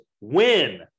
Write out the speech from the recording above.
win